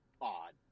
odd